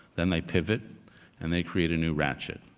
then they pivot and they create a new ratchet.